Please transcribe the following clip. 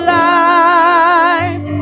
life